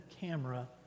camera